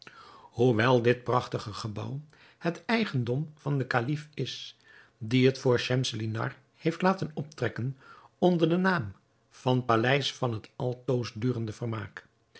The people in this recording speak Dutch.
hoewel dit prachtige gebouw het eigendom van den kalif is die het voor schemselnihar heeft laten optrekken onder den naam van paleis van het altoosdurende vermaak